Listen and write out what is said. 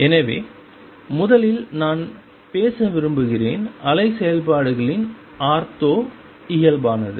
எனவே முதலில் நான் பேச விரும்புகிறேன் அலை செயல்பாடுகளின் ஆர்த்தோ இயல்பானது